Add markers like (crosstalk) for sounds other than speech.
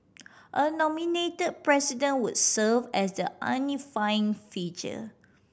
a nominate president would serve as the (unintelligible) figure